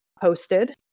posted